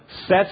sets